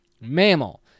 mammal